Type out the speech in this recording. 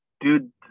Dude